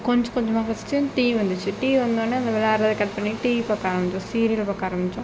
கொஞ்சம் கொஞ்சமாக first TV TV வந்தோன்னே விளையாடுறதை கட் பண்ணிட்டு டிவி பார்க்க ஆரமித்தோம் சீரியல் பார்க்க ஆரமித்தோம்